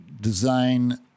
design